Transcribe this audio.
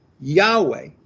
Yahweh